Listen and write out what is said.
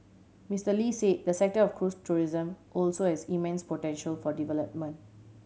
Mister Lee said the sector of cruise tourism also has immense potential for development